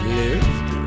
lift